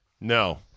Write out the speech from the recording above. No